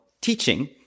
teaching